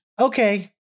Okay